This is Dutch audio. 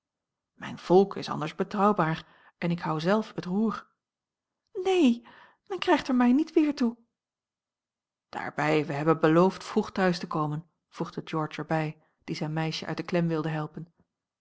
mijn volk is anders betrouwbaar en ik houd zelf het roer neen men krijgt er mij niet weer toe daarbij wij hebben beloofd vroeg thuis te komen voegde george er bij die zijn meisje uit de klem wilde helpen